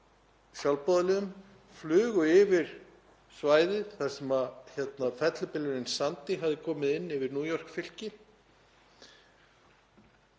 sjálfboðaliðum flugu yfir svæðið þar sem fellibylurinn Sandy hafði farið yfir New York-fylki.